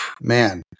man